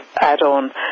add-on